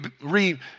re